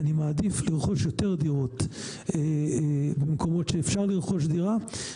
אני מעדיף לרכוש יותר דירות במקומות שאפשר לרכוש דירה,